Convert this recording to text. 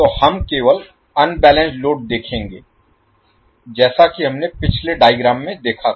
तो हम केवल अनबैलेंस्ड लोड देखेंगे जैसा कि हमने पिछले डायग्राम में देखा था